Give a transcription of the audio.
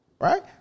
Right